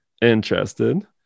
interested